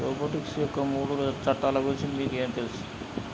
robotics యొక్క మూడు చట్టాల గురించి మీకు ఏమి తెలుసు